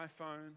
iPhone